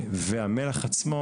והמלח עצמו,